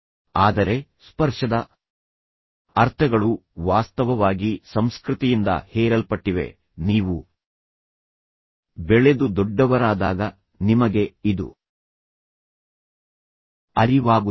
ಆದರೆ ಸ್ಪರ್ಶದ ಅರ್ಥಗಳು ವಾಸ್ತವವಾಗಿ ಸಂಸ್ಕೃತಿಯಿಂದ ಹೇರಲ್ಪಟ್ಟಿವೆ ನೀವು ಬೆಳೆದು ದೊಡ್ಡವರಾದಾಗ ನಿಮಗೆ ಇದು ಅರಿವಾಗುತ್ತದೆ